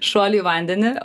šuolių į vandenį